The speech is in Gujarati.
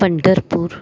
પંઢરપુર